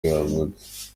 yavutse